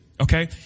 Okay